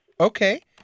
Okay